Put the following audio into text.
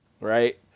right